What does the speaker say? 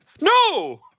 No